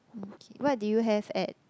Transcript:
okay what did you have at